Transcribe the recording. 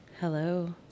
Hello